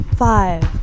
Five